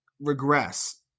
regress